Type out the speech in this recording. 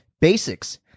basics